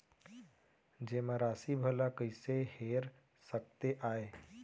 जेमा राशि भला कइसे हेर सकते आय?